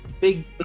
big